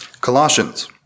Colossians